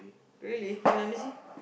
really where let me see